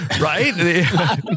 right